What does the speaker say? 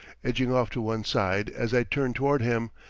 edging off to one side as i turn toward him,